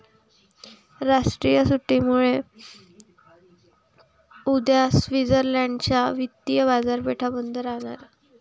राष्ट्रीय सुट्टीमुळे उद्या स्वित्झर्लंड च्या वित्तीय बाजारपेठा बंद राहणार